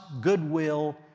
goodwill